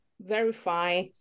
verify